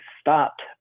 stopped